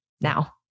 now